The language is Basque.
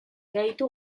gaitu